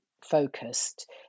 focused